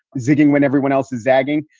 zigging when everyone else is zagging.